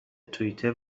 توییتر